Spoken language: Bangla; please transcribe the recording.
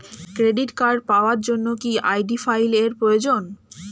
ক্রেডিট কার্ড পাওয়ার জন্য কি আই.ডি ফাইল এর প্রয়োজন?